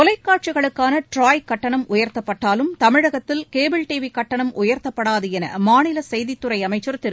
தொலைக்காட்சிகளுக்கான TRAI கட்டணம் உயர்த்தப்பட்டாலும் தமிழகத்தில் கேபிள் டிவி கட்டணம் உயர்த்தப்படாது என மாநில செய்தித்துறை அமைச்சர் திரு